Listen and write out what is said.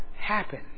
happen